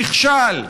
נכשל.